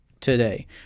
today